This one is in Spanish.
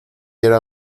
era